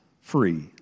free